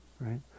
right